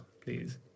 please